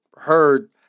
heard